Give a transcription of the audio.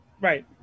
Right